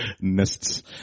nests